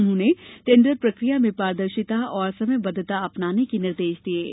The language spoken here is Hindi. उन्होंने टेण्डर प्रक्रिया में पारदर्शिता और समयबद्वता अपनाने के निर्देश दिये हैं